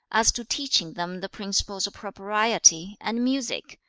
as to teaching them the principles of propriety, and music,